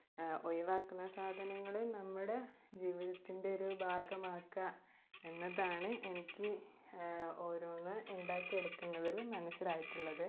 ഒഴിവാക്കുന്ന സാധനങ്ങൾ നമ്മുടെ ജീവിതത്തിൻ്റെ ഒരു ഭാഗമാക്കുക എന്നതാണ് എനിക്ക് ഓരോന്ന് ഉണ്ടാക്കി എടുക്കുന്നതിൽ മനസ്സിലായിട്ടുള്ളത്